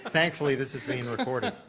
ah thankfully this is being recorded.